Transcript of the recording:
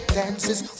dances